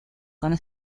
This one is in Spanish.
con